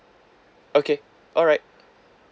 okay alright